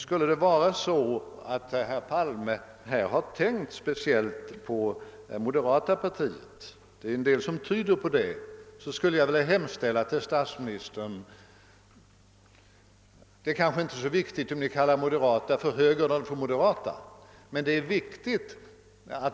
Men herr Palme har kanske tänkt speciellt på moderata samlingspartiet. Jag vill i så fall hemställa till statsministern att Ni lär Er att skilja på de olika oppositionspartierna även när Ni debatterar.